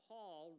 Paul